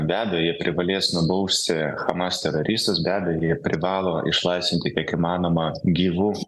be abejo jie privalės nubausti hamas teroristus be abejo jie privalo išlaisvinti kiek įmanoma gyvų